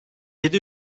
yedi